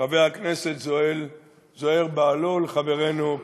חבר הכנסת זוהיר בהלול, חברנו,